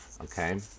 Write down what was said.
okay